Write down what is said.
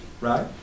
right